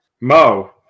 Mo